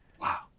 Wow